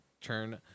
turn